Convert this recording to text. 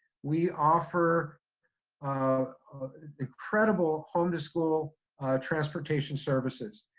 we offer um incredible home to school transportation services.